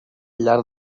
llarg